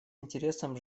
интересом